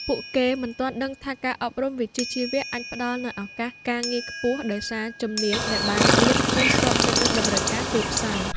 ពួកគេមិនទាន់ដឹងថាការអប់រំវិជ្ជាជីវៈអាចផ្តល់នូវឱកាសការងារខ្ពស់ ដោយសារជំនាញដែលបានរៀនគឺស្របទៅនឹងតម្រូវការទីផ្សារ។